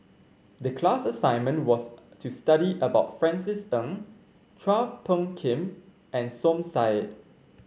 the class assignment was to study about Francis Ng Chua Phung Kim and Som Said